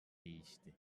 değişti